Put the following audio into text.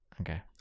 Okay